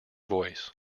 voice